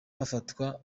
bafatwa